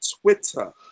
Twitter